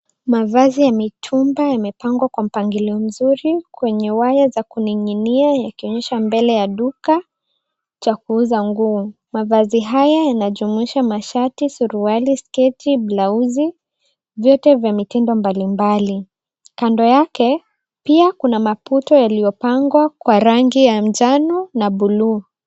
Mavazi ya mitumba yamepangwa kwa mpangilio mzuri kwenye waya za kuning'inia ikionyesha mbele ya duka cha kuuza nguo. Mavazi haya yanajumuisha mashati, suruali, sketi, blauzi vyote vya mitindo mbalimbali. Kando yake pia kuna maputo yaliyopangwa kwa rangi ya njano na buluu.